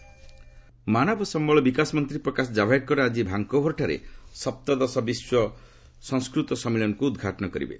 ଜାଭେଦକର ମାନବ ବିକାଶ ମନ୍ତ୍ରୀ ପ୍ରକାଶ ଜାଭେଦକର ଆକି ଭାଙ୍କଭରଠାରେ ସପ୍ତଦଶ ବିଶ୍ୱ ସଂସ୍କୃତ ସମ୍ପିଳନୀକୁ ଉଦ୍ଘାଟନ କରିବେ